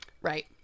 Right